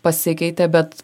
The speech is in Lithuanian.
pasikeitė bet